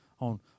on